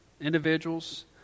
individuals